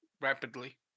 rapidly